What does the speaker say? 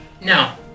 No